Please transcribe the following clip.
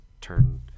turn